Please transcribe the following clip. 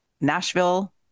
Nashville